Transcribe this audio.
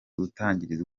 utarigeze